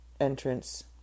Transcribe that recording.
entrance